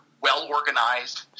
well-organized